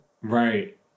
Right